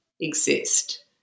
exist